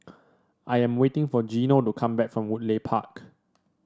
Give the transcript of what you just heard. I am waiting for Geno to come back from Woodleigh Park